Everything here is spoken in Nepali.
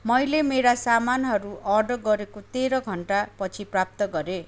मैले मेरा सामानहरू अर्डर गरेको तेह्र घन्टा पछि प्राप्त गरेँ